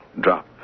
drop